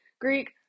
Greek